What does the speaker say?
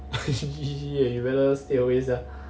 efficiency he realised they always are